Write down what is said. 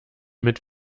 mit